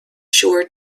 sure